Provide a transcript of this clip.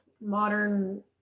modern